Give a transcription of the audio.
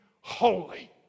holy